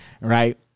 right